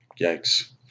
Yikes